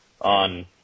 on